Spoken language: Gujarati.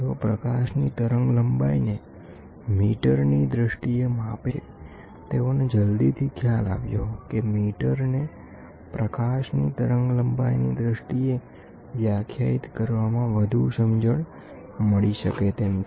તેઓ પ્રકાશની તરંગલંબાઇને મીટરની દ્રષ્ટિએમાપે છે તેઓને જલ્દીથી ખ્યાલ આવ્યો કે મીટરને પ્રકાશની તરંગલંબાઇની દ્રષ્ટિએ વ્યાખ્યાયિત કરવામાં વધુ સમજણ મળી શકે છે